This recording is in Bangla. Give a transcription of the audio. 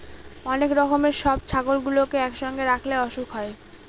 অনেক রকমের সব ছাগলগুলোকে একসঙ্গে রাখলে অসুখ হয়